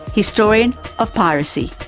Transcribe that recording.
historian of piracy